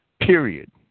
period